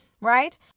right